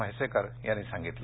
म्हैसेकर यांनी सांगितलं